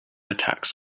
attacks